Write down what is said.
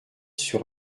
sur